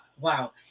wow